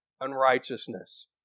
unrighteousness